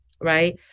right